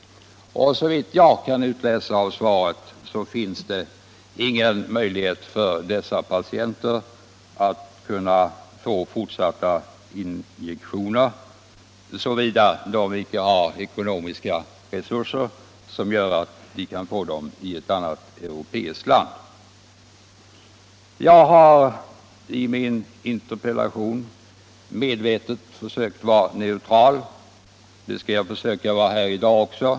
Enligt vad jag kan utläsa av svaret finns det ingen möjlighet för dessa patienter att få fortsatta injektioner, såvida de inte har ekonomiska resurser som gör att de kan få injektionerna i något annat europeiskt land. Jag har i min interpellation medvetet försökt vara neutral. Det skall jag försöka vara här i dag också.